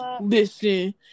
Listen